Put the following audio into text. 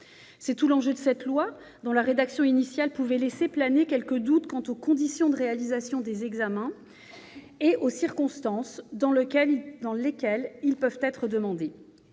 C'est tout l'enjeu de cette proposition de loi, dont la rédaction initiale pouvait laisser planer quelques doutes quant aux conditions de réalisation des examens et aux circonstances dans lesquelles ils peuvent être demandés.